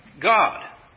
God